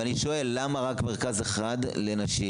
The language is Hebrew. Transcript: אבל אני שואל למה רק מרכז אחד לנשים?